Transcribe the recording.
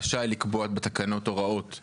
רשאי לקבוע הוראות בתקנות.